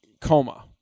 coma